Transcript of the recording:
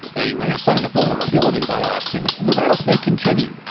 a rare sign of vulnerability by austin, the rattlesnake continued,